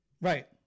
Right